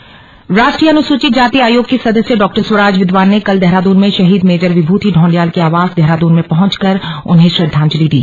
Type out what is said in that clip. डॉ स्वराज विद्वान राष्ट्रीय अनुसूचित जाति आयोग की सदस्य डॉ स्वराज विद्वान ने कल देहरादून में शहीद मेजर विभूति ढौंडियाल के आवास देहरादून में पहुंचकर उन्हें श्रद्वांजलि दी